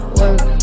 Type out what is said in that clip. work